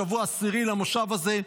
שבוע עשירי למושב הזה,